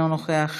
אינו נוכח,